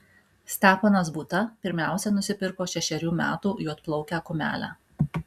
steponas būta pirmiausia nusipirko šešerių metų juodplaukę kumelę